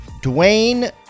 Dwayne